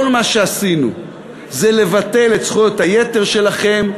כל מה שעשינו זה לבטל את זכויות היתר שלכם,